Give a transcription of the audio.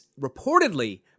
reportedly